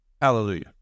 Hallelujah